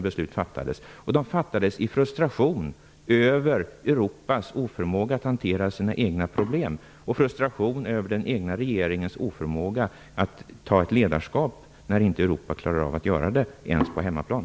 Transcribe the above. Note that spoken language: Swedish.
Besluten fattades i frustration över Europas oförmåga att hantera sina egna problem och den egna regeringens oförmåga att ta ett ledarskap, när inte Europa klarar av att göra det ens på hemmaplan.